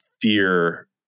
fear